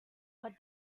what